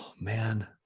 Man